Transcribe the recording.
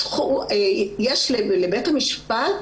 יש לבית המשפט,